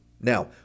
Now